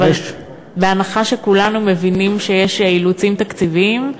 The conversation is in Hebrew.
אבל בהנחה שכולנו מבינים שיש אילוצים תקציביים,